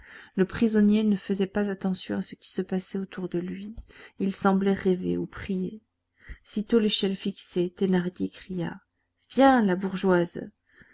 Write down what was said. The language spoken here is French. le prisonnier ne faisait pas attention à ce qui se passait autour de lui il semblait rêver ou prier sitôt l'échelle fixée thénardier cria viens la bourgeoise